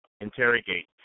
interrogate